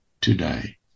today